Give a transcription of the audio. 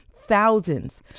thousands